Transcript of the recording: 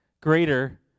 greater